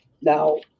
Now